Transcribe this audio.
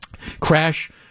crash